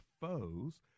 foes